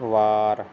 ਵਾਰ